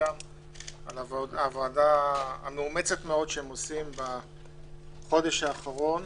על העבודה המאומצת מאוד שהם עושים בחודש האחרון.